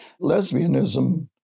Lesbianism